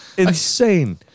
Insane